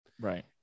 Right